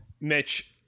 Mitch